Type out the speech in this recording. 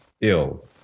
ill